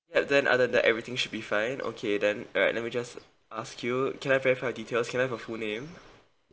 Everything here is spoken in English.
ya then other than that everything should be fine okay then alright let me just ask you can I verify your details can I have your full name